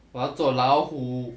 我要做老虎